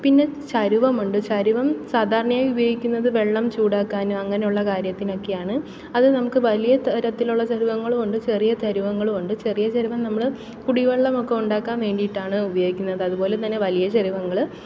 പിന്നെ ചരുവമുണ്ട് ചരുവം സാധാരണയായി ഉപയോഗിക്കുന്നത് വെള്ളം ചൂടാക്കാനും അങ്ങനുള്ള കാര്യത്തിനൊക്കെ ആണ് അത് നമുക്ക് വലിയ തരത്തിലുള്ള ചരുവങ്ങളും ഉണ്ട് ചെറിയ ചരുവങ്ങളും ഉണ്ട് ചെറിയ ചരുവം നമ്മള് കുടിവെള്ളം ഒക്കെ ഉണ്ടാക്കാൻ വേണ്ടിയിട്ടാണ് ഉപയോഗിക്കുന്നത് അതുപോലെതന്നെ വലിയ ചരുവങ്ങള്